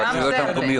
גם זה הרבה.